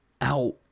out